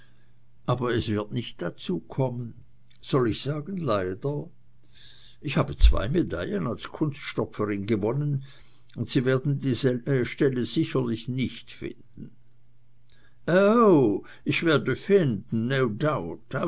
aber es wird nicht dazu kommen soll ich sagen leider ich habe zwei medaillen als kunststopferin gewonnen und sie werden die stelle sicherlich nicht finden oh ich werde finden